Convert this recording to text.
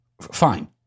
fine